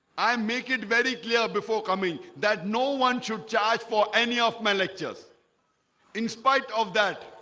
i make it very clear before coming that no one should charge for any of my lectures in spite of that